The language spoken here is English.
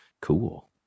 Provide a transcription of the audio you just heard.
Cool